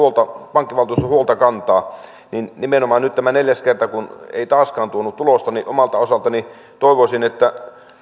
pankkivaltuusto huolta kantaa niin nimenomaan nyt kun tämä neljäs kerta ei taaskaan tuonut tulosta omalta osaltani toivoisin että